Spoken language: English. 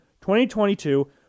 2022